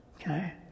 Okay